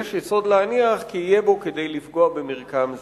שיש יסוד להניח שיהיה בו כדי לפגוע במרקם זה.